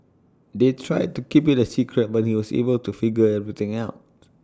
they tried to keep IT A secret but he was able to figure everything out